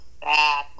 bad